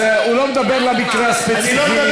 הוא לא מדבר על המקרה הספציפי.